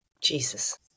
Jesus